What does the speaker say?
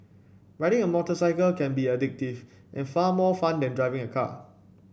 riding a motorcycle can be addictive and far more fun than driving a car